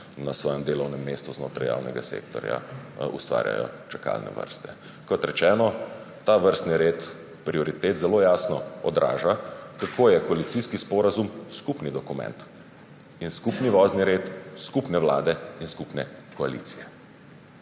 na svojem delovnem mestu znotraj javnega sektorja ustvarjajo čakalne vrste. Kot rečeno, ta vrstni red prioritet zelo jasno odraža, kako je koalicijski sporazum skupni dokument in skupni vozni red skupne vlade in skupne koalicije.